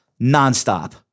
nonstop